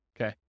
Okay